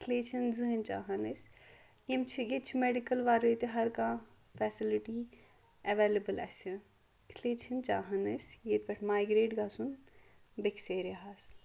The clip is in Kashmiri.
اس لیے چھِنہٕ زٕہنۍ چاہان أسۍ یِم چھِ ییٚتہِ چھِ میڈِکل ورٲے تہِ ہرکانہہ فیسلٹی ایویلِیبٔل آسہِ اس لیے چھِنہٕ چاہان أسۍ ییتہِ پٮ۪ٹھ مایگریٹ گژھُن بیٚیہِ کِس ایریاہَس